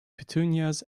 petunias